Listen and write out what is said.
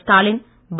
கஸ்டாலின் பா